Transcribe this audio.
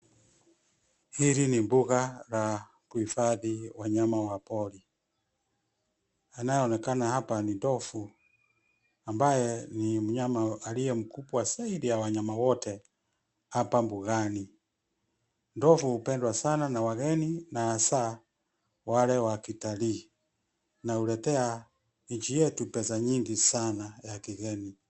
Hili ni mbuga la kuhifadhi wanyama wa pori. Anayeonekana hapa ni ndovu ambaye ni mnyama aliye mkubwa zaidi ya wanyama wote hapa mbugani. Ndovu hupendwa sana na wageni na hasa wale wa kitalii na huletea nchi yetu pesa nyingi sana ya kigeni.